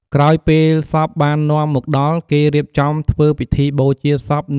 ក្រោយពេលសពបាននាំមកដល់ គេរៀបចំធ្វើពិធីបូជាសពនៅបរិវេនវត្ត។